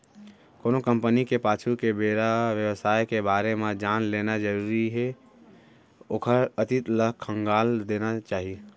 कोनो कंपनी के पाछू बेरा के बेवसाय के बारे म जान लेना जरुरी हे ओखर अतीत ल खंगाल लेना चाही